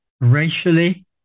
racially